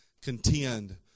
contend